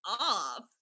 off